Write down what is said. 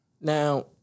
Now